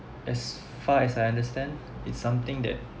as far as I understand it's something that